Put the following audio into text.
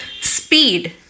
speed